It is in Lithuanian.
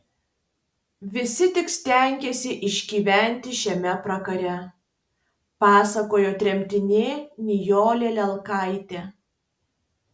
visi tik stengėsi išgyventi šiame pragare pasakojo tremtinė nijolė lelkaitė